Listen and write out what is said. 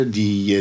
die